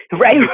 Right